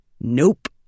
Nope